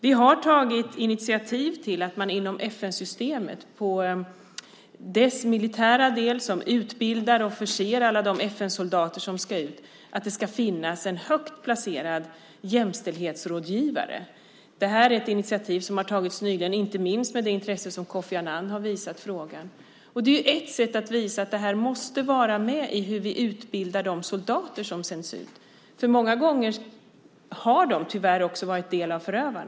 Vi har tagit initiativ till att det inom FN-systemet, inom dess militära del som utbildar och förser alla de FN-soldater som ska ut, ska finnas en högt placerad jämställdhetsrådgivare. Det är ett initiativ som har tagits nyligen, inte minst genom det intresse som Kofi Annan har visat frågan. Det är ett sätt att visa att detta måste vara med när vi utbildar de soldater som sänds ut. Många gånger har de tyvärr också varit förövare.